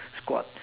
squat